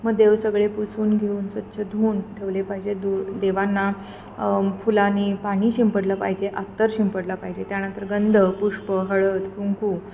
मग देव सगळे पुसून घेऊन स्वच्छ धवून ठेवले पाहिजे दूर देवांना फुलाने पाणी शिंपडलं पाहिजे अत्तर शिंपडलं पाहिजे त्यानंतर गंंध पुष्प हळद कुंकू